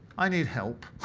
i need help.